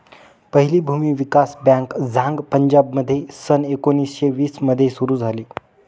पहिली भूमी विकास बँक झांग पंजाबमध्ये सन एकोणीसशे वीस मध्ये सुरू झाली